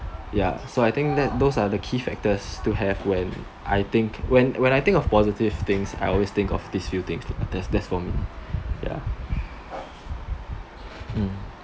ya so I think that those are the key factors to have when I think when I think of positive things I always think of these few things lah that's that's for me ya